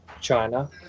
China